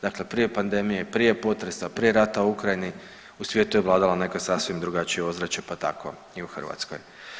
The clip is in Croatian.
Dakle, prije pandemije, prije potresa, prije rata u Ukrajini u svijetu je vladalo neko sasvim drugačije ozračje pa tako i u Hrvatskoj.